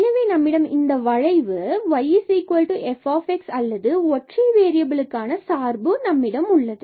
எனவே நம்மிடம் இந்த வளைவு yf அல்லது ஒற்றை வேறியபிளுக்கான சார்பு உள்ளது